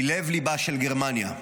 מלב-ליבה של גרמניה.